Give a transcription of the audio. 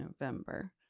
November